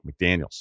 McDaniels